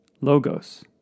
logos